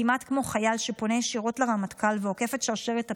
כמעט כמו חייל שפונה ישירות לרמטכ"ל ועוקף את שרשרת הפיקוד.